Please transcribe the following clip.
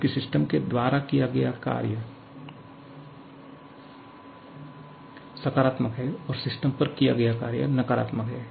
जबकि सिस्टम के द्वारा किया गया कार्य सकारात्मक है और सिस्टम पर किया गया कार्य नकारात्मक है